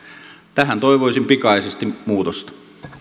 tähän toivoisin pikaisesti muutosta